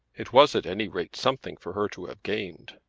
it was at any rate something for her to have gained.